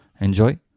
Enjoy